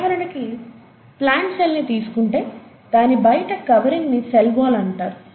ఉదాహరణకి ప్లాంట్ సెల్ని తీసుకుంటే దాని బైట కవరింగ్ ని సెల్ వాల్ అంటారు